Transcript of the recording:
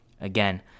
again